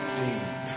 deep